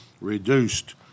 reduced